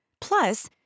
Plus